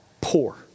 poor